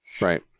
Right